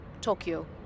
Tokyo